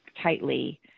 tightly